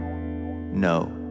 no